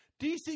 DC